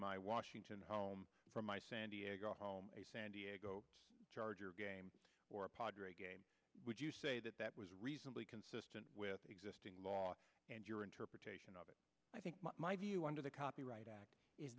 my washington home from my san diego home a san diego chargers game or a pod or a game would you say that that was reasonably consistent with existing law and your interpretation of it i think my view under the copyright act is